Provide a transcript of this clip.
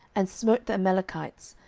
and smote the amalekites,